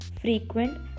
frequent